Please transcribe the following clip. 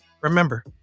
remember